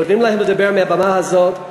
נותנים להם לדבר מהבמה הזאת,